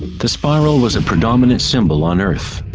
the spiral was a predominant symbol on earth.